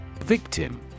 Victim